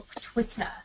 Twitter